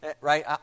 right